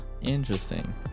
interesting